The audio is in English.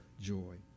joy